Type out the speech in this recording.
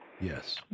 Yes